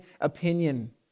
opinion